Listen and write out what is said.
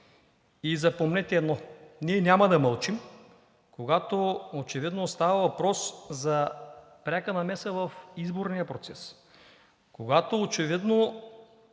И запомнете едно, ние няма да мълчим, когато очевидно става въпрос за пряка намеса в изборния процес, когато очевидно